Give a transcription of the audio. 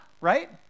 right